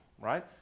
right